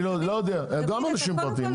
גם הם אנשים פרטיים.